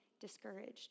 discouraged